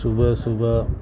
صبح صبح